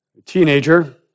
Teenager